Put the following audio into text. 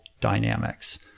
dynamics